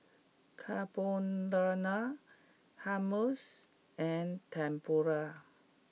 Carbonara Hummus and Tempura